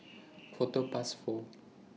Quarter Past four